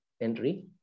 entry